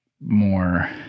more